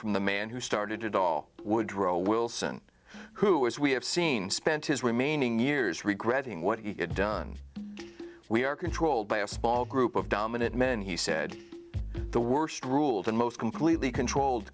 from the man who started it all woodrow wilson who as we have seen spent his remaining years regretting what he had done we are controlled by a small group of dominant men he said the worst rule the most completely controlled